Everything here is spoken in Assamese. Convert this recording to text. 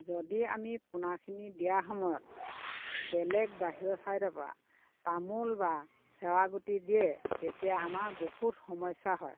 যদি আমি পোনাখিনি দিয়া সময়ত বেলেগ বাহিৰৰ ছাইডৰ পৰা তামোল বা ছেৱাগুটি দিয়ে তেতিয়া আমাৰ বহুত সমস্যা হয়